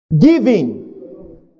Giving